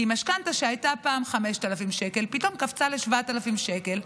כי משכנתה שהייתה פעם 5,000 שקל פתאום קפצה ל-7,000 שקל.